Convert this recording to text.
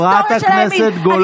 חברת הכנסת גולן.